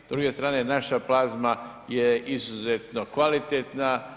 S druge strane naša plazma je izuzetno kvalitetna.